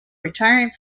retiring